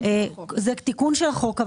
זה דרש תיקון של החוק.